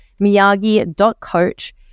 miyagi.coach